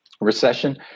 recession